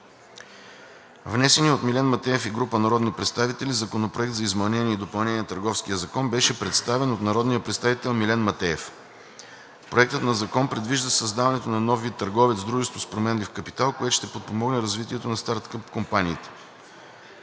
Внесеният от Милен Матеев и група народни представители Законопроект за изменение и допълнение на Търговския закон беше представен от народния представител Милен Матеев. Проектът на закон предвижда създаването на нов вид търговец – дружество с променлив капитал, което ще подпомогне развитието на стартъп компаниите.